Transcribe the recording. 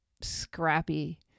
scrappy